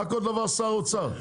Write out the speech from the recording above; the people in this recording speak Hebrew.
מה כל דבר שר אוצר?